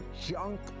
junk